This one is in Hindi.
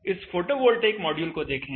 इस फोटोवोल्टेइक मॉड्यूल को देखें